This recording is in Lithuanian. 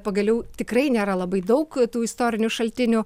pagaliau tikrai nėra labai daug tų istorinių šaltinių